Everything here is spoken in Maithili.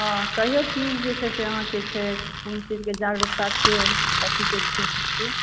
हँ कहियौ की जे छै से अहाँके छै क़ोन चीजकें जागरूकता छियै कथीके छियै